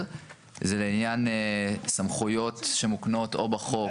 זה לעניין סמכויות שמוקנות או בחוק,